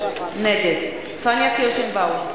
נגד פניה קירשנבאום,